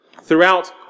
throughout